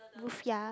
roof ya